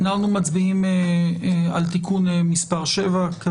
אנחנו מצביעים על תיקון מס' 7. כזכור,